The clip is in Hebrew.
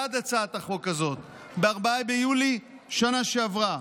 בעד הצעת החוק הזאת, ב-4 ביולי בשנה שעברה.